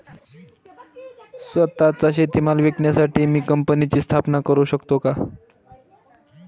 स्वत:चा शेतीमाल विकण्यासाठी मी कंपनीची स्थापना करु शकतो का?